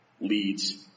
leads